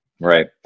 Right